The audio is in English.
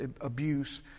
abuse